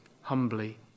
humbly